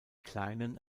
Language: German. kleinen